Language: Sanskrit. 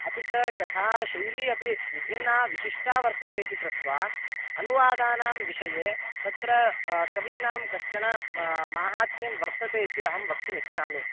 अपि च कथाशैली अपि विभिन्ना विशिष्टा वर्तते इति कृत्वा अनुवादानां विषये तत्र कवीनां कश्चन म माहात्म्यं वर्तते इति अहं वक्तुम् इच्छामि